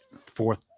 fourth